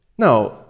Now